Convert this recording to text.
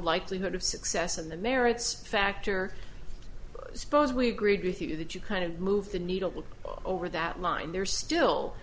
likelihood of success on the merits factor suppose we agreed with you that you kind of move the needle over that line there still